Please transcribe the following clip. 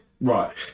Right